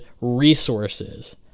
resources